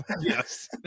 Yes